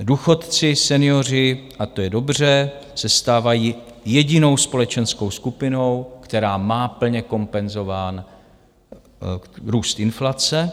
Důchodci, senioři, a to je dobře, se stávají jedinou společenskou skupinou, která má plně kompenzován růst inflace.